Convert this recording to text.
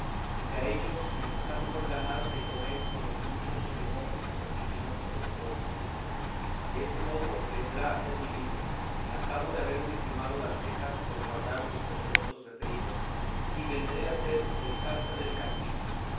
y que a ellos les está mejor ganar de comer con los muchos que no opinión con los pocos deste modo vendrá a ser un libro al cabo de haberme quemado las cejas por guardar los preceptos referidos y vendré a ser el sastre del cantillo